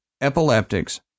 epileptics